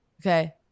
Okay